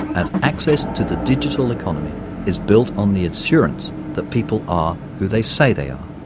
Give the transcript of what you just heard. as access to the digital economy is built on the assurance that people are who they say they are.